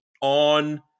on